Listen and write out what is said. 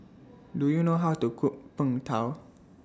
Do YOU know How to Cook Png Tao